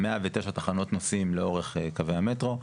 109 תחנות נוסעים לאורך קווי המטרו,